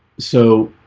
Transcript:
so